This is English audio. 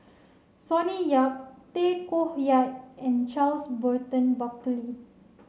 Sonny Yap Tay Koh Yat and Charles Burton Buckley